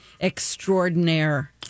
extraordinaire